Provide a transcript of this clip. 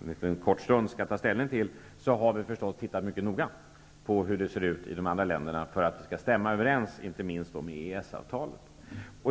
om en kort stund skall ta ställning till, mycket noga har undersökt hur man har det i andra länder, inte minst med tanke på EES-avtalet.